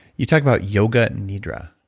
you talked about yoga nidra.